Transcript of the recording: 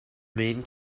main